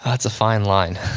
that's a fine line.